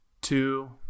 Two